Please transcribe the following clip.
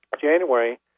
January